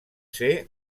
ser